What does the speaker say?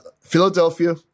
Philadelphia